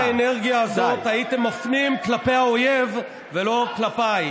הלוואי שאת האנרגיה הזאת הייתם מפנים כלפי האויב ולא כלפיי.